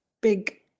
big